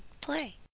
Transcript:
play